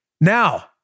Now